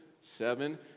seven